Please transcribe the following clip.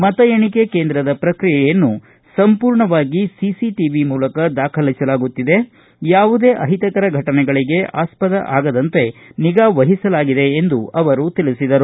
ಮತ ಎಣಿಕೆ ಕೇಂದ್ರದ ಪ್ರಕ್ರಿಯೆಯನ್ನು ಸಂಪೂರ್ಣವಾಗಿ ಸಿಸಿಟಿವಿ ಮೂಲಕ ದಾಖಲಿಸಲಾಗುತ್ತಿದ್ದು ಯಾವುದೇ ಅಹಿತರ ಘಟನೆಗಳಿಗೆ ಆಸ್ವದ ಆಗದಂತೆ ನಿಗಾವಹಿಸಲಾಗಿದೆ ಎಂದು ಅವರು ತಿಳಿಸಿದರು